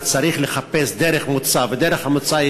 וצריך לחפש דרך מוצא,